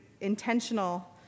intentional